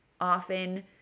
often